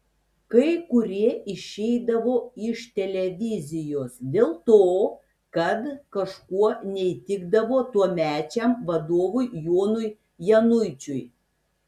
kai kurie išeidavo iš televizijos dėl to kad kažkuo neįtikdavo tuomečiam vadovui jonui januičiui